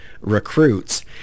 recruits